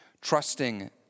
trusting